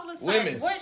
Women